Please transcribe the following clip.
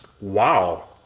Wow